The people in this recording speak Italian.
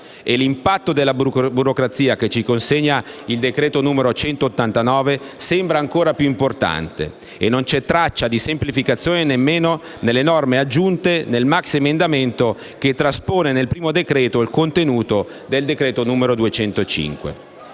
e l'impatto della burocrazia che ci consegna il decreto-legge n. 189 sembra ancora più importante. E non c'è traccia di semplificazione nemmeno nelle norme aggiunte dal maxiemendamento che traspone nel primo decreto il contenuto del decreto-legge n. 205.